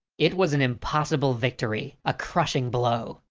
it was an impossible victory, a crushing blow.